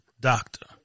doctor